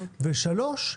ושלוש,